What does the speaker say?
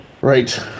right